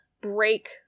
break